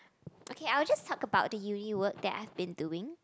okay I will just talk about the uni work that I've been doing